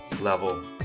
level